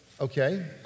Okay